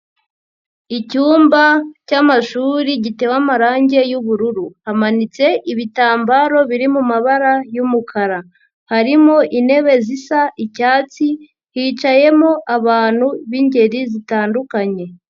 Icyumba cyamashuri giteba amarangi y'ubururu. Hamanitse ibitambaro biri mu mabara y'umukara. Harimo intebe zisa icyatsi, hicayemo abantu b'ingeri zitandukanye.